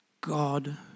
God